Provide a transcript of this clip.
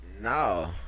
No